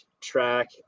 track